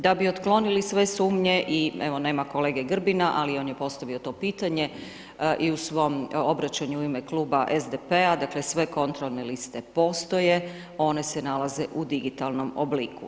Da bi otklonili sve sumnje i evo nema kolege Grbina ali on je postavio to pitanje i u svom obraćanju u ime kluba SDP-a, dakle sve kontrolne liste postoje, one se nalaze u digitalnom obliku.